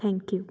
thank you